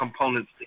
components